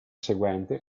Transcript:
seguente